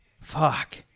Fuck